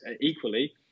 Equally